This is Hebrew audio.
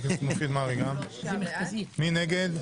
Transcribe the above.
מי נגד?